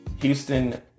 Houston